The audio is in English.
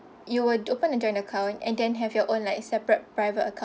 you will open a joint account and then have your own like separate private account